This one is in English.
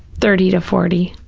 thirty to forty.